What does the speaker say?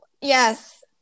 yes